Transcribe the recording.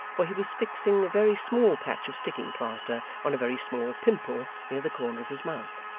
for he was fixing a very small patch of sticking plaster on a very small pimple near the corner of his mouth.